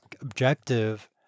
objective